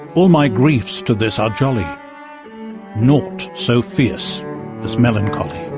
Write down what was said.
all my griefs to this are jolly naught so fierce as melancholy.